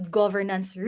governance